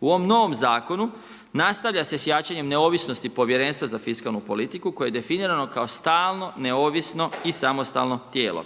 U ovom novom zakonu, nastavlja se s jačanjem neovisnosti Povjerenstva za fiskalnu politiku koje je definirano kao stalno, neovisno i samostalno tijelo.